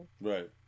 Right